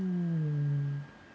but